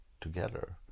together